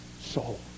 soul